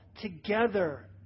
together